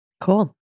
Cool